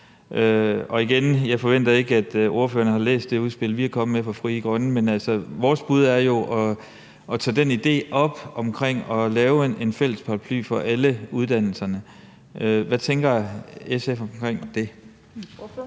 Og igen: Jeg forventer ikke, at ordføreren har læst det udspil, vi er kommet med fra Frie Grønnes side. Men vores bud er jo at tage den idé op omkring at lave en fælles paraply for alle uddannelserne. Hvad tænker SF om det? Kl.